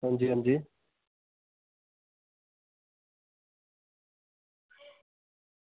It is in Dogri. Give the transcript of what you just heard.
अंजी अंजी